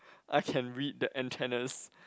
I can read the atennas